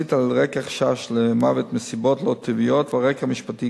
נעשית על רקע חשש למוות מסיבות לא טבעיות ועל רקע משפטי,